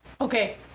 Okay